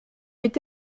est